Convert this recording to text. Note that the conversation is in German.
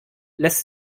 lässt